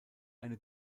eine